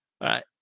right